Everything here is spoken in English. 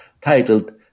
titled